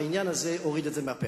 העניין הזה הוריד את זה מהפרק.